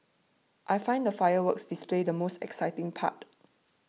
I find the fireworks display the most exciting part